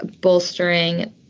bolstering